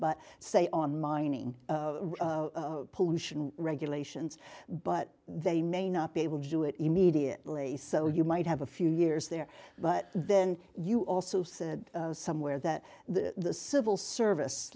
but say on mining pollution regulations but they may not be able to do it immediately so you might have a few years there but then you also said somewhere that the civil service